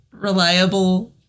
reliable